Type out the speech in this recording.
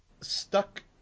stuck